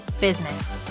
business